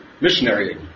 missionary